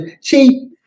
see